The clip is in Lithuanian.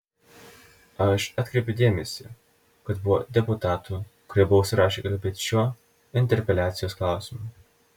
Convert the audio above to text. aš atkreipiu dėmesį kad buvo deputatų kurie buvo užsirašę kalbėti šiuo interpeliacijos klausimu